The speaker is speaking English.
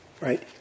right